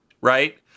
right